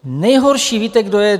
Nejhorší víte, kdo je?